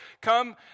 come